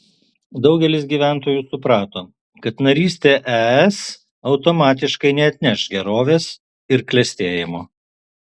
daugelis gyventojų suprato kad narystė es automatiškai neatneš gerovės ir klestėjimo